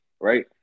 right